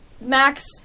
Max